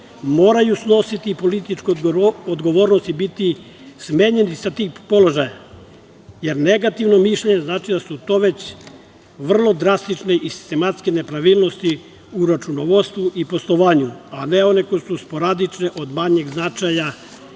moraju snositi političku odgovornost i biti smenjeni sa tih položaja, jer negativno mišljenje znači da su to već vrlo drastične i sistematske nepravilnosti u računovodstvu i poslovanju, a ne one koje su sporadične, od manjeg značaja